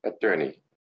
attorney